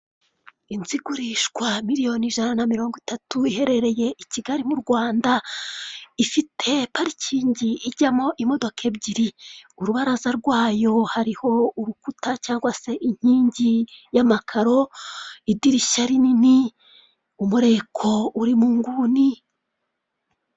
Inzu igurishwa miliyoni ijana na mirongo itatu iherereye i Kigali mu Rwanda. Ifite parikingi ijyamo imodoka ebyiri, urubaraza rwayo hariho urukuta cyangwa se inkingi y' amakaro, idirishya rinini umureko uri mu nguni.